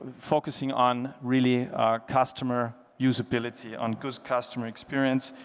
focusing on really customer usability on good customer experience.